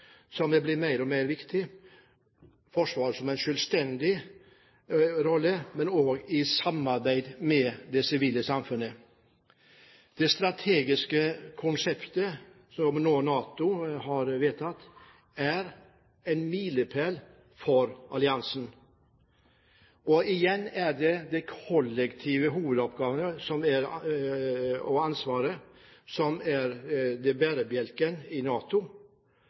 men også i samarbeid med det sivile samfunnet. Det strategiske konseptet som NATO nå har vedtatt, er en milepæl for alliansen, og igjen er hovedoppgaven det kollektive forsvaret, som er bærebjelken i NATO. Det ble også nevnt en annen ting som jeg synes er veldig viktig også i det nye konseptet, nemlig at operasjoner som NATO